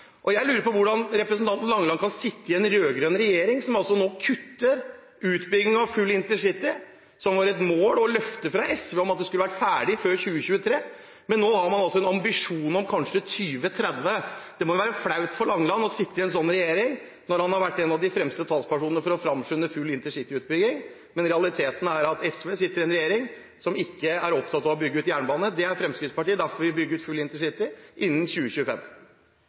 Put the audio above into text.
og jeg lurer på hvordan representanten Langeland kan sitte i en rød-grønn regjering som nå kutter utbygging av full intercity, som var et mål og et løfte fra SV om at skulle være ferdig før 2023, mens man nå har en ambisjon om kanskje 2030. Det må jo være flaut for Langeland å sitte i en sånn regjering når han har vært en av de fremste talspersonene for å fremskynde full intercityutbygging. Men realiteten er at SV sitter i en regjering som ikke er opptatt av å bygge ut jernbane. Det er Fremskrittspartiet. Derfor vil vi bygge ut full intercity innen 2025.